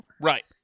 right